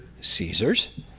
Caesar's